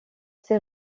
ces